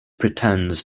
pretends